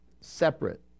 separate